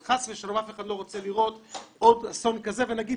אבל חס ושלום אף אחד לא רוצה לראות עוד אסון כזה ולהגיד,